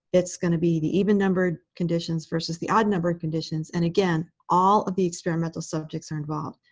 it's going to be the even-numbered conditions versus the odd-numbered conditions. and again, all of the experimental subjects are involved.